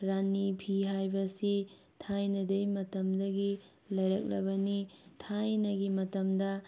ꯔꯥꯅꯤ ꯐꯤ ꯍꯥꯏꯕꯁꯤ ꯊꯥꯏꯅꯗꯒꯤ ꯃꯇꯝꯗꯒꯤ ꯂꯩꯔꯛꯂꯕꯅꯤ ꯊꯥꯏꯅꯒꯤ ꯃꯇꯝꯗ